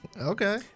Okay